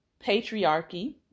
patriarchy